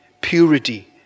Purity